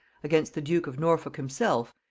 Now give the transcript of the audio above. against the duke of norfolk himself,